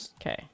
Okay